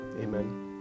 Amen